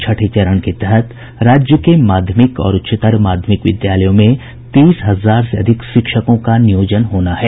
छठे चरण के तहत राज्य के माध्यमिक और उच्चतर माध्यमिक विद्यालयों में तीस हजार से अधिक शिक्षकों का नियोजन होना है